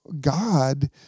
God